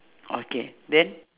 okay then